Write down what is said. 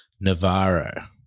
Navarro